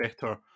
better